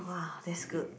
[wah] that's good